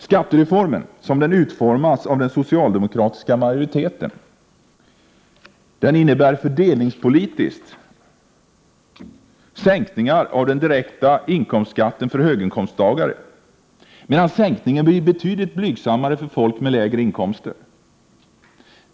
Skattereformen, som den utformats av den socialdemokratiska majoriteten, innebär fördelningspolitiskt sänkningar av den direkta inkomstskatten för höginkomsttagare, medan sänkningen blir betydligt blygsammare för folk med lägre inkomster.